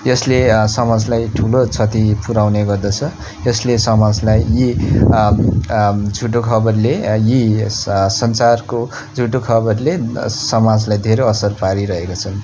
यसले समाजलाई ठुलो क्षति पुर्याउने गर्दछ यसले समाजलाई यही झुटो खबरले यही सञ्चारको झुटो खबरले समाजलाई धेरै असर पारिरहेको छन्